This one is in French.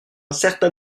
certain